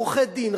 עורכי-דין,